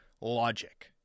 logic